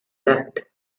left